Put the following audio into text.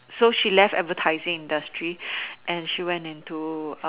so she left advertising industry and she went into